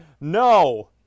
No